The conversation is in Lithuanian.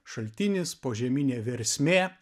šaltinis požeminė versmė